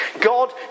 God